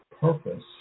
purpose